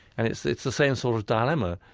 and it's the it's the same sort of dilemma,